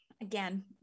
again